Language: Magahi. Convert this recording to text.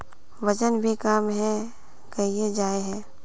वजन भी कम है गहिये जाय है?